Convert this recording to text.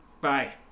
Bye